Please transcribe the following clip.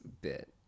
bit